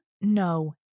no